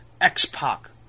X-Pac